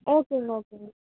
ஓகேங்க ஓகேங்க